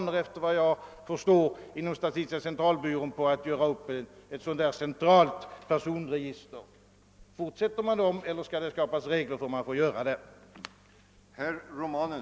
Efter vad jag förstår finns det inom statistiska centralbyrån planer på att göra upp ett centralt personregister. Fortsätter man därmed, eller skall det skapas regler för hur man får göra i det avseendet?